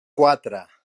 quatre